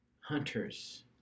hunters